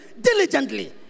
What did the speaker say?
diligently